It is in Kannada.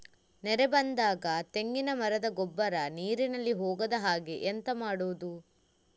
ನೆರೆ ಬಂದಾಗ ತೆಂಗಿನ ಮರದ ಗೊಬ್ಬರ ನೀರಿನಲ್ಲಿ ಹೋಗದ ಹಾಗೆ ಎಂತ ಮಾಡೋದು?